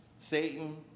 Satan